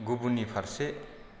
गुबुननि फारसे